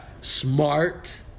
smart